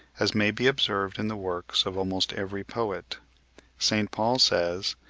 as may be observed in the works of almost every poet st. paul says,